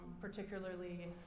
particularly